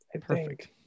Perfect